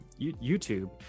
YouTube